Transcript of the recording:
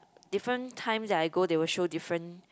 different time that I go they will show different